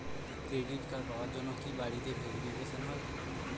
Credit card পাওয়ার জন্য কি বাড়িতে ভেরিফিকেশন হয়?